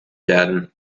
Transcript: werden